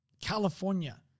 California